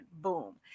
boom